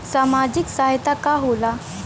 सामाजिक सहायता का होला?